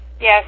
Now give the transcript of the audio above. Yes